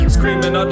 Screaming